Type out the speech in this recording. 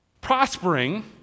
Prospering